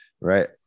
Right